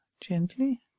gently